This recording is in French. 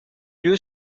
lieu